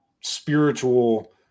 spiritual